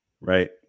right